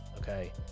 okay